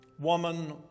Woman